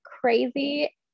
crazy